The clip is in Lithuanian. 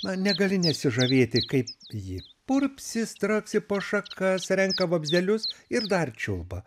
na negali nesižavėti kaip ji purpsi straksi po šakas renka vabzdelius ir dar čiulba